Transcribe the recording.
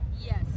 Yes